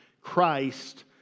christ